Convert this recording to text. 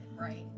right